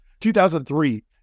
2003